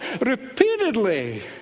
repeatedly